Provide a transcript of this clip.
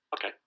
Okay